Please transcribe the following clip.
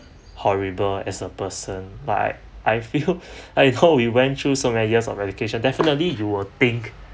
horrible as a person but I I feel I know we went through so many years of education definitely you will think